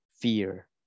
fear